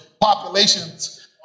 populations